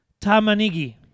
tamanigi